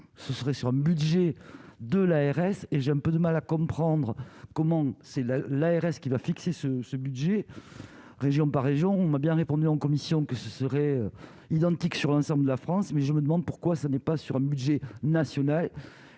ce serait sur le budget de l'ARS et j'ai un peu de mal à comprendre comment c'est là l'ARS, qui va fixer ce ce budget, région par région, on a bien répondu en commission, que ce serait identique sur l'ensemble de la France, mais je me demande pourquoi ça n'est pas sûr budget national